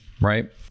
right